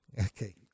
Okay